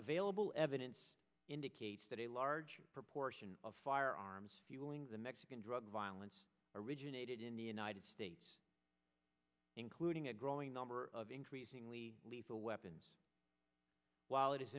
available evidence indicates that a large proportion of firearms fueling the mexican drug violence originated in the united states looting a growing number of increasingly lethal weapons while it is